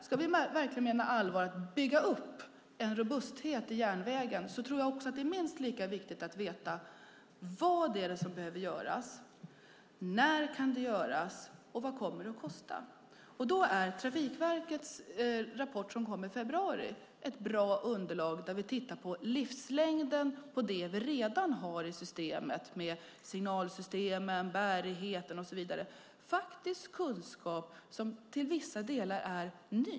Ska vi verkligen mena allvar med att bygga upp en robusthet i järnvägen tror jag att det är minst lika viktigt att veta vad det är som behöver göras, när det kan göras och vad det kommer att kosta. Då är Trafikverkets rapport som kom i februari ett bra underlag. Man tittar på livslängden på det vi redan har i systemet med signalsystemen, bärigheten och så vidare. Det är faktisk kunskap som till vissa delar är ny.